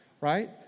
right